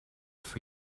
for